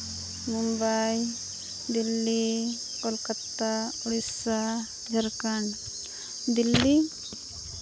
Mumbai Delhi Kolkata Odisha Jharkhand Delhi